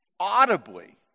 audibly